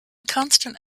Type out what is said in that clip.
constant